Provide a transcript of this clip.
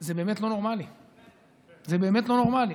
זה באמת לא נורמלי.